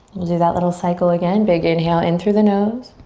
we'll do that little cycle again, big inhale in through the nose.